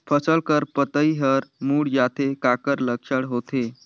फसल कर पतइ हर मुड़ जाथे काकर लक्षण होथे?